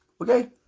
Okay